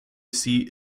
seat